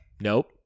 nope